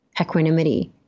equanimity